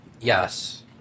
Yes